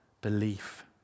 belief